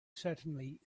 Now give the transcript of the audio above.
certainly